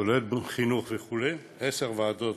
כולל חינוך וכו' עשר ועדות,